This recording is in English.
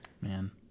man